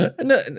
No